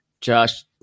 Josh